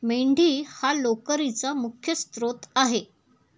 मेंढी हा लोकरीचा मुख्य स्त्रोत आहे